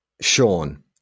Sean